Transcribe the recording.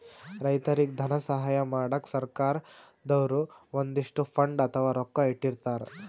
ರೈತರಿಗ್ ಧನ ಸಹಾಯ ಮಾಡಕ್ಕ್ ಸರ್ಕಾರ್ ದವ್ರು ಒಂದಿಷ್ಟ್ ಫಂಡ್ ಅಥವಾ ರೊಕ್ಕಾ ಇಟ್ಟಿರ್ತರ್